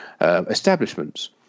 establishments